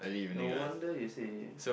no wonder you say